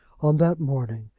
on that morning,